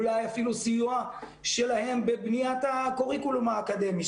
אולי אפילו סיוע שלהם בבניית הקוריקולום האקדמי,